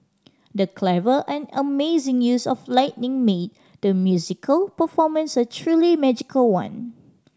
the clever and amazing use of lighting made the musical performance a truly magical one